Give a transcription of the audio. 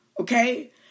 okay